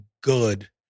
good